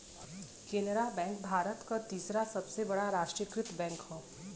केनरा बैंक भारत क तीसरा सबसे बड़ा राष्ट्रीयकृत बैंक हौ